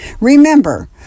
Remember